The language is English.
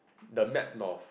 the map north